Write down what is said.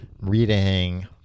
Reading